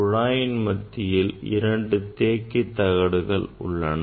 குழாயின் மத்தியில் இரண்டு மின்தேக்கி தகடுகள் உள்ளன